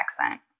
accent